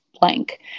blank